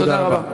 תודה רבה.